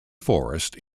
forest